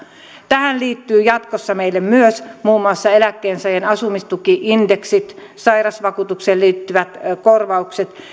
tähän liittyy jatkossa myös muun muassa eläkkeensaajien asumistuki indeksit ja sairausvakuutukseen liittyvät korvaukset